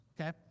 Okay